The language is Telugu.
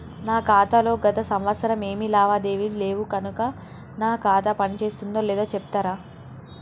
నా ఖాతా లో గత సంవత్సరం ఏమి లావాదేవీలు లేవు కనుక నా ఖాతా పని చేస్తుందో లేదో చెప్తరా?